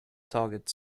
target